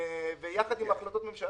ויחד עם החלטות הממשלה